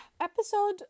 episode